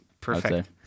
Perfect